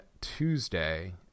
Tuesday